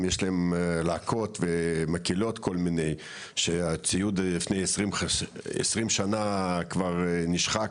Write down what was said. אם יש להם להקות ומקהלות כל מיני שהציוד לפני 20 שנה כבר נשחק